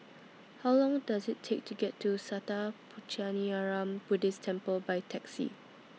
How Long Does IT Take to get to Sattha Puchaniyaram Buddhist Temple By Taxi